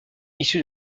issu